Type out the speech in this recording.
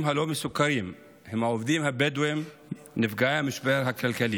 נפגעים שלא מסוקרים הם העובדים הבדואים נפגעי המשבר הכלכלי.